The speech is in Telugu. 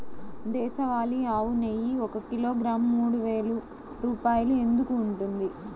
దేశవాళీ ఆవు నెయ్యి ఒక కిలోగ్రాము మూడు వేలు రూపాయలు ఎందుకు ఉంటుంది?